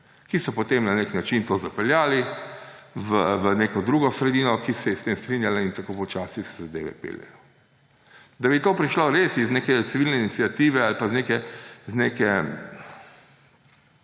ki so potem na nek način to zapeljali v neko drugo sredino, ki se je s tem strinjala; in tako počasi se zadeve peljejo. Da bi to prišlo res iz neke civilne iniciative ali pa iz neke